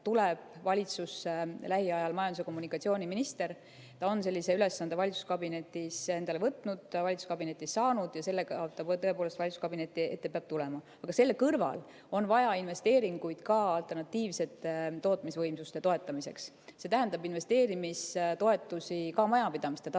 tuleb valitsusse lähiajal majandus- ja kommunikatsiooniminister. Ta on sellise ülesande valitsuskabinetis endale võtnud, valitsuskabinetis saanud, ja sellega ta tõepoolest valitsuskabineti ette peab tulema. Aga selle kõrval on vaja investeeringuid ka alternatiivsete tootmisvõimsuste toetamiseks, see tähendab investeerimistoetusi ka majapidamiste